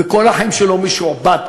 וכל החיים שלו הוא משועבד.